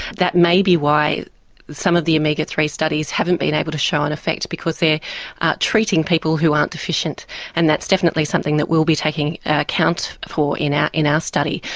that may be why some of the omega three studies haven't been able to show an effect because they are treating people who aren't deficient and that's definitely something that we'll be taking account for in ah our ah study.